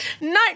No